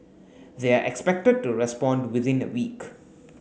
they are expected to respond within a week